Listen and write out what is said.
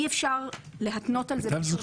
אי-אפשר להתנות על זה.